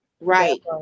right